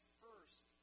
first